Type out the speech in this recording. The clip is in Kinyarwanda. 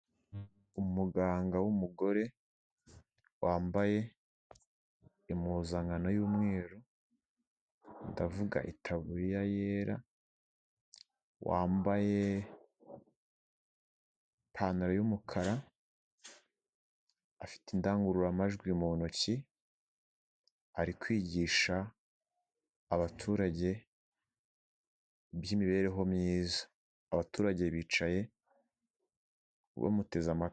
Umuganga w'umugore wambaye impuzankano y'umweru, ndavuga itaburiya yera, wambaye ipantaro y'umukara, afite indangururamajwi mu ntoki, ari kwigisha abaturage iby'imibereho myiza. Abaturage bicaye bamuteze amatwi.